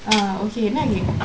ah okay then I can